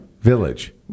village